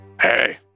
hey